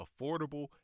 affordable